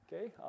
okay